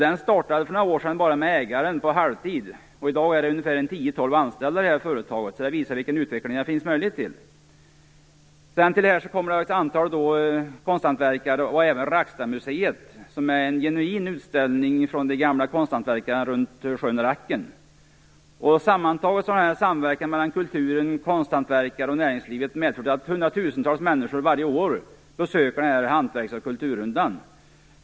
Den startade för några år sedan med ägaren som arbetade på halvtid. I dag finns det 10-12 anställda i företaget. Det visar vilken utveckling det finns möjlighet till. Till detta finns det även konsthantverkare och även Rackstadsmuseet. Där finns en genuin utställning av gammalt konsthantverk från området runt sjön Racken. Sammantaget har samverkan mellan kulturen, konsthantverkare och näringslivet medfört att hundratusentals människor varje år besöker hantverks och kulturrundan.